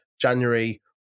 January